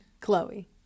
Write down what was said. Chloe